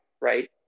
right